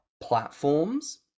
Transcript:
platforms